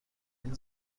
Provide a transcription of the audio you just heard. این